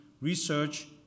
research